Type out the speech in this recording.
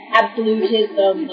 absolutism